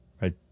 Right